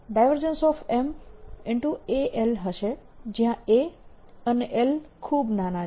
Mal હશે જ્યાં a અને l ખૂબ નાના છે